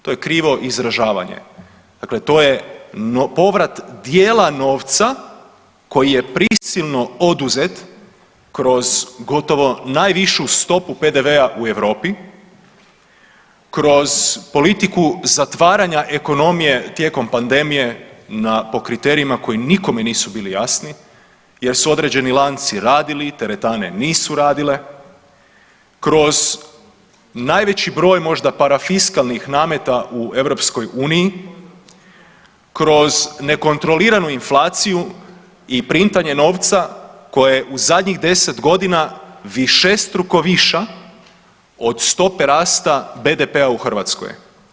To je krivo izražavanje, dakle to je povrat djela novca koji je prisilno oduzet kroz gotovo najvišu stopu PDV-a u Europi, kroz politiku zatvaranja ekonomije tijekom pandemije po kriterijima koji nikome nisu bili jasni jer su određeni lanci radili, teretane nisu radile, kroz najveći broj možda parafiskalnih nameta u EU-u, kroz nekontroliranu inflaciju i printanje novca koje je u zadnjih 10 godina višestruko viša od stope rasta BDP-a u Hrvatskoj.